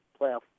playoff